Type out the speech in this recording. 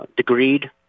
degreed